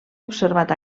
observat